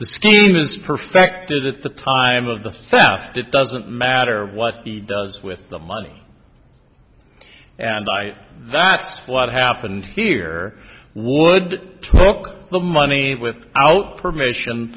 scheme is perfected at the time of the fast it doesn't matter what he does with the money and i that's what happened here would took the money without permission